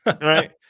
right